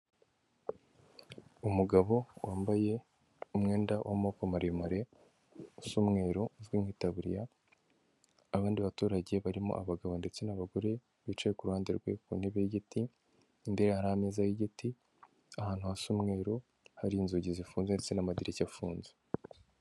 Umugabo wambaye umwenda w'amaboko maremare usa umweru uzwi nk'itaburiya, abandi baturage barimo abagabo ndetse n'abagore bicaye ku ruhande rwe ku ntebe y'igiti imbere ye hari ameza y'igiti, ahantu hasa umweru hari inzugi zifunze ndetse n'amadirishya afunze.